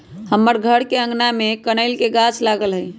हमर घर के आगना में कनइल के गाछ लागल हइ